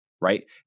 right